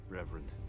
reverend